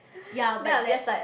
ya but that